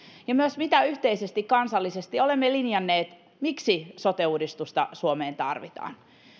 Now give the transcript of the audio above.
ja myös mitä yhteisesti kansallisesti olemme linjanneet siitä miksi sote uudistusta suomeen tarvitaan